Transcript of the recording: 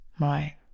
Right